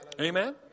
Amen